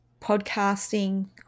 podcasting